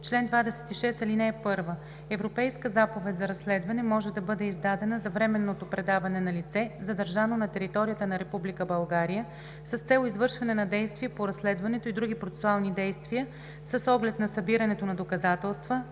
Чл. 26. (1) Европейска заповед за разследване може да бъде издадена за временното предаване на лице, задържано на територията на Република България с цел извършване на действие по разследването и други процесуални действия, с оглед на събирането на доказателства,